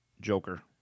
Joker